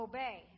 Obey